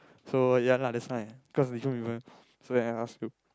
so ya lah that's why cause different people so I ask who